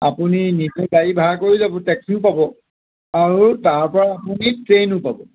আপুনি নিজে গাড়ী ভাড়া কৰি যাব টেক্সিও পাব আৰু তাৰপৰা আপুনি ট্ৰেইনো পাব